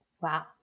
Wow